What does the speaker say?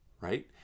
Right